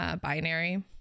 binary